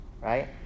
right